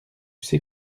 sais